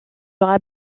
sera